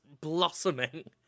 blossoming